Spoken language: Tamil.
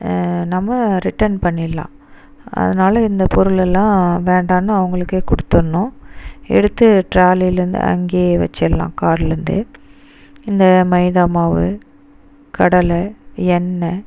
நம்ம ரிட்டன் பண்ணிடலாம் அதனால இந்த பொருள் எல்லாம் வேண்டாம்னு அவங்களுக்கே குடுத்துடணும் எடுத்து டிராலியில் இருந்து அங்கேயே வச்சுடலாம் காரில் இருந்து இந்த மைதா மாவு கடலை எண்ணெய்